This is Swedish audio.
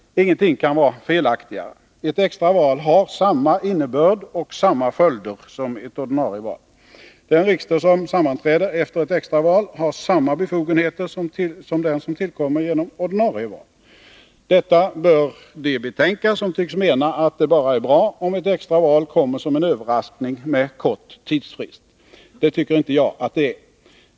Ingenting kan vara felaktigare. Ett extra val har samma innebörd och samma följder som ett ordinarie val. Den riksdag som sammanträder efter ett extra val har samma befogenheter som den som tillkommer genom ett ordinarie val. Detta bör de betänka som tycks mena att det bara är bra, om ett extra val kommer som en överraskning med en kort tidsfrist. Det tycker inte jag att det är.